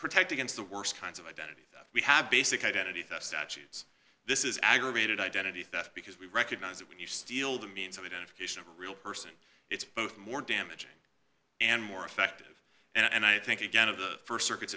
protect against the worst kinds of identity we have basic identity theft statutes this is aggravated identity theft because we recognize that when you steal the means of identification of a real person it's both more damaging and more effective and i think again of the st circuits